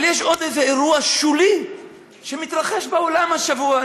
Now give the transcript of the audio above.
אבל יש עוד איזה אירוע שולי שמתרחש בעולם השבוע.